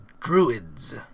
druids